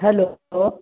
hello